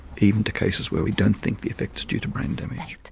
even to cases where we don't think the effect is due to brain damage.